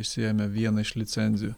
išsiėmė vieną iš licenzijų